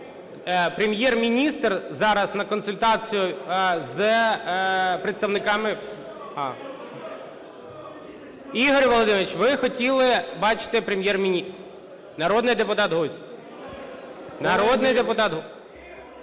Прем'єр-міністр зараз на консультації з представниками… (Шум у залі) Ігор Володимирович, ви хотіли бачити Прем'єр-міністра… Народний депутат Гузь, народний депутат Гузь!